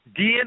DNA